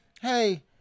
hey